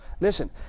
listen